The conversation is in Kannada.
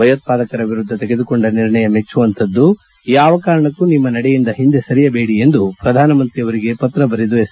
ಭಯೋತ್ಪಾದಕರ ವಿರುದ್ಧ ತೆಗೆದುಕೊಂಡ ನಿರ್ಣಯ ಮೆಚ್ಚುವಂತಹದ್ದು ಯಾವ ಕಾರಣಕ್ಕೂ ನಿಮ್ಮ ನಡೆಯಿಂದ ಹಿಂದೆ ಸರಿಯಬೇಡಿ ಎಂದು ಪ್ರಧಾನಮಂತ್ರಿ ಅವರಿಗೆ ಪತ್ರ ಬರೆದು ಎಸ್